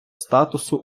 статусу